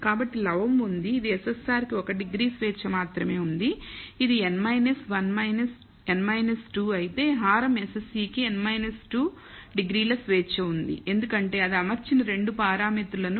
కాబట్టి లవము ఉంది ఇది SSR కి ఒక డిగ్రీ స్వేచ్ఛ మాత్రమే ఉంది ఇది n 1 n - 2 అయితే హారం SSE కి n 2 డిగ్రీల స్వేచ్ఛ ఉంది ఎందుకంటే అది అమర్చిన 2 పారామితులను కలిగి ఉంది